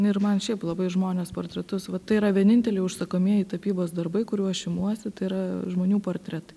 ir man šiaip labai žmones portretus va tai yra vieninteliai užsakomieji tapybos darbai kurių aš imuosi tai yra žmonių portretai